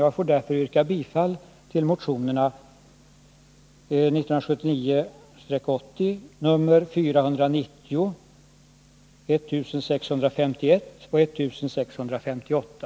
Jag ber därför att få yrka bifall till motionerna 1979 80:1651, 1979/80:1658.